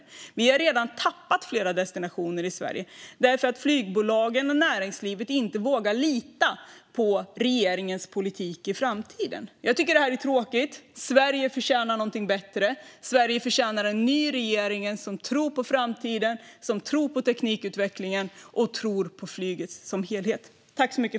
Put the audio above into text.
Sverige har redan tappat flera destinationer därför att flygbolagen och näringslivet inte vågar lita på regeringens politik i framtiden. Jag tycker att detta är tråkigt. Sverige förtjänar någonting bättre. Sverige förtjänar en ny regering som tror på framtiden, som tror på teknikutvecklingen och som tror på flyget som helhet.